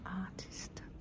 artist